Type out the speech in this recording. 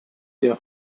der